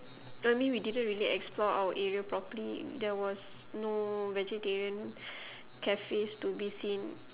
I mean we didn't really explore our area properly there was no vegetarian cafes to be seen